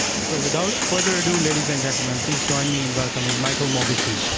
so without further ado, ladies and gentlemen, please join me in welcoming michael mauboussin.